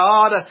God